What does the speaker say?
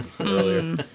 earlier